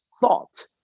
thought